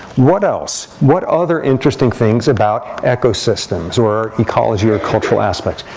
what else? what other interesting things about ecosystems, or ecology, or cultural aspects?